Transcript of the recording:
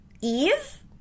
Eve